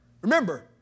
Remember